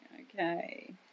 Okay